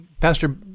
Pastor